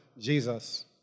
Jesus